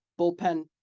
bullpen